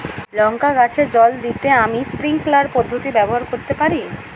লঙ্কা গাছে জল দিতে আমি স্প্রিংকলার পদ্ধতি ব্যবহার করতে পারি?